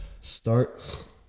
start